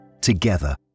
together